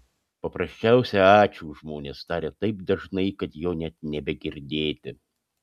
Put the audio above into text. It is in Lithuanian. paprasčiausią ačiū žmonės taria taip dažnai kad jo net nebegirdėti